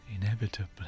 inevitably